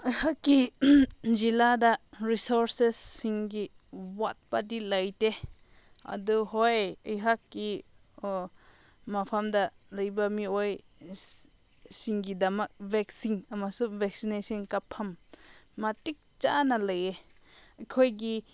ꯑꯩꯍꯥꯛꯀꯤ ꯖꯤꯂꯥꯗ ꯔꯤꯁꯣꯔꯁꯦꯁꯁꯤꯡꯒꯤ ꯋꯥꯠꯄꯗꯤ ꯂꯩꯇꯦ ꯑꯗꯨ ꯍꯣꯏ ꯑꯩꯍꯥꯛꯀꯤ ꯃꯐꯝꯗ ꯂꯩꯕ ꯃꯤꯑꯣꯏꯁꯤꯡꯒꯤꯗꯃꯛ ꯚꯦꯛꯁꯤꯟ ꯑꯃꯁꯨꯡ ꯚꯦꯛꯁꯤꯅꯦꯁꯟ ꯀꯥꯞꯐꯝ ꯃꯇꯤꯛ ꯆꯥꯅ ꯂꯩ ꯑꯩꯈꯣꯏꯒꯤ